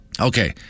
Okay